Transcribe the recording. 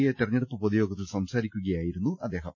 A തെരെഞ്ഞെടുപ്പ് പൊതുയോഗത്തിൽ സംസാരിക്കു കയായിരുന്നു അദ്ദേഹം